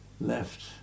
left